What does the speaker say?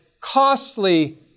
costly